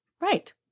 Right